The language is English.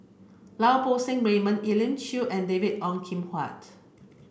Lau Poo Seng Raymond Elim Chew and David Ong Kim Huat